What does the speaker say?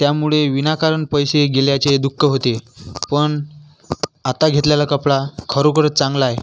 त्यामुळे विनाकारण पैसे गेल्याचे दुःख होते पण आता घेतलेला कपडा खरोखरच चांगला आहे